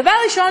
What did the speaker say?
דבר ראשון,